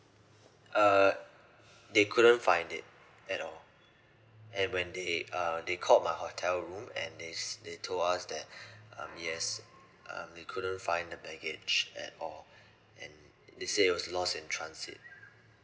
uh they couldn't find it at all and when they uh they called my hotel room and they they told us that um yes um they couldn't find the baggage at all and they say it was lost in transit